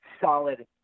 solid